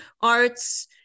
arts